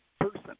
person